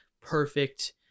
perfect